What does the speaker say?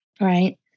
right